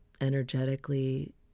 energetically